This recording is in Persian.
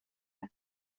بودند